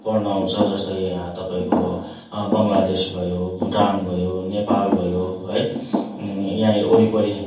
पढ्न आउँछ जस्तै याँ तपाईँको बङ्गालादेश भयो भुटान भयो नेपाल भयो है यहाँ वरिपरि